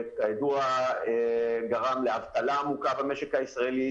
שכידוע גרם לאבטלה עמוקה במשק הישראלי,